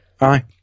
aye